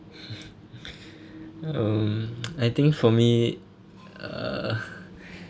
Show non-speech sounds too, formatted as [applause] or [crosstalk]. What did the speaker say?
[breath] um [noise] I think for me uh [breath]